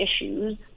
issues